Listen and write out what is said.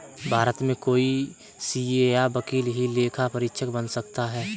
भारत में कोई सीए या वकील ही लेखा परीक्षक बन सकता है